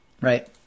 Right